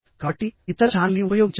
కాబట్టి ఇతర ఛానెల్ని ఉపయోగించండి